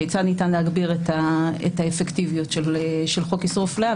כיצד להגביר את האפקטיביות של חוק איסור אפליה,